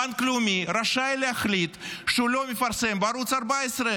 בנק לאומי רשאי להחליט שהוא לא מפרסם בערוץ 14,